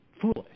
foolish